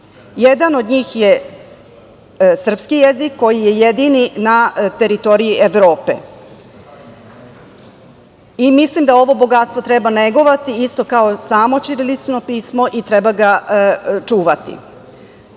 Jedan od njih je srpski jezik, koji je jedini na teritoriji Evrope i mislim da ovo bogatstvo treba negovati isto kao samo ćirilično pismo i treba ga čuvati. Istakla